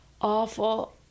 awful